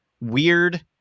weird